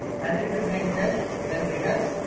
attribute name, test, then regex.